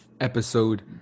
episode